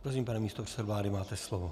Prosím, pane místopředsedo vlády, máte slovo.